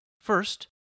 First